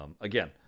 again